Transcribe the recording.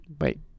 Wait